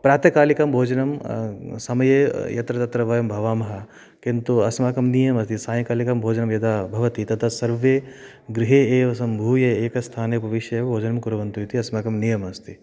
प्रातःकालिकं भोजनं समये यत्र तत्र वयं भवामः किन्तु अस्माकं नियमः अस्ति सायङ्कालिकं भोजनं यदा भवति तद् सर्वे गृहे एव सम्भूय एकस्थाने उपविश्य एव भोजनं कुर्वन्तु इति अस्माकं नियमः अस्ति